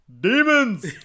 demons